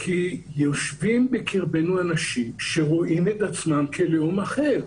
כי יושבים בקרבנו אנשים שרואים את עצמם כלאום אחר.